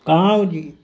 کہاں ہو جی